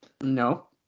No